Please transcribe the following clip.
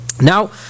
Now